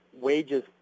wages